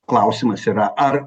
klausimas yra ar